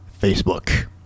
Facebook